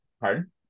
Pardon